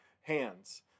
hands